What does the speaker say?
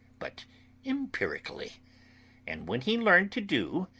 but empirically and when he learn to do,